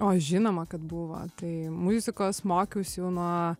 oi žinoma kad buvo tai muzikos mokiaus jau nuo